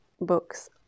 books